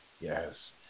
Yes